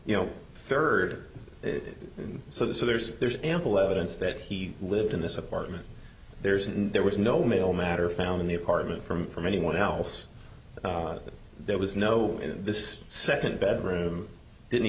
you know third so there's there's ample evidence that he lived in this apartment there's and there was no mail matter found in the apartment from from anyone else but there was no this second bedroom didn't